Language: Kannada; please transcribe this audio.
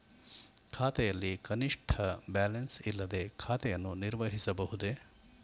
ಖಾತೆಯಲ್ಲಿ ಕನಿಷ್ಠ ಬ್ಯಾಲೆನ್ಸ್ ಇಲ್ಲದೆ ಖಾತೆಯನ್ನು ನಿರ್ವಹಿಸಬಹುದೇ?